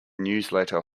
newsletter